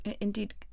indeed